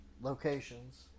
locations